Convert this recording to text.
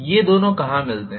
ये दोनों कहाँ मिलते है